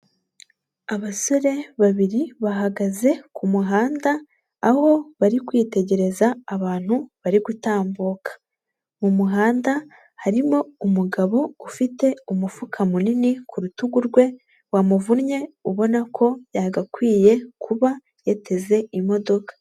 Abasore babiri bahagaze ku muhanda, aho bari kwitegereza abantu bari gutambuka. Mu muhanda harimo umugabo ufite umufuka munini ku rutugu rwe wamuvunnye ubona ko yagakwiye kuba yateze imodoka.